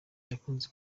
yakunze